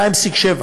2.7,